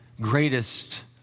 greatest